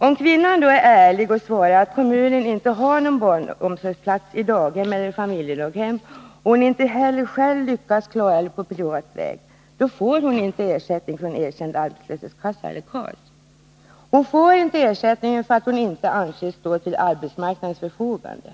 Om kvinnan då är ärlig och svarar att kommunen inte har någon barnomsorgsplats på daghem eller familjedaghem och att hon inte heller själv lyckats klara det på privat väg, då får hon inte ersättning från erkänd arbetslöshetskassa eller KAS. Hon får inte någon ersättning, därför att hon inte anses stå till arbetsmarknadens förfogande.